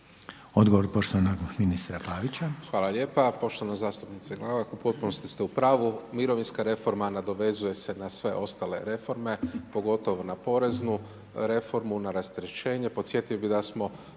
Odgovor poštovanog ministra Pavića. **Pavić, Marko (HDZ)** Hvala lijepa. Poštovana zastupnice Glavak u potpunosti ste u pravu, mirovinska reforma nadovezuje se na sve ostale reforme, pogotovo na poreznu reformu, na rasterećenje.